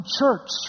church